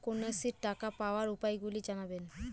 কন্যাশ্রীর টাকা পাওয়ার উপায়গুলি জানাবেন?